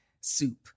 soup